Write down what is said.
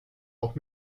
auch